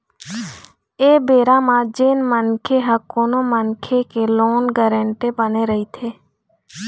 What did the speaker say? ऐ बेरा म जेन मनखे ह कोनो मनखे के लोन गारेंटर बने रहिथे